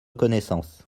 connaissance